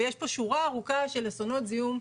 ויש פה שורה ארוכה של אסונות זיהום,